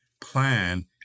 plan